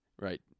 right